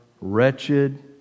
wretched